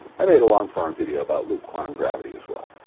i made a long form video about loop quantum gravity as well.